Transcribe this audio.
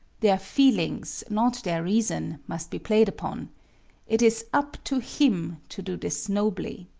their feelings, not their reason, must be played upon it is up to him to do this nobly.